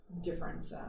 different